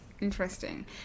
Interesting